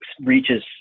reaches